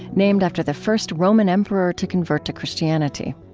named after the first roman emperor to convert to christianity.